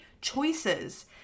choices